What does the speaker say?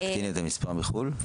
להקטין את המספר בחו"ל?